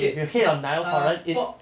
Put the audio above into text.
okay uh pop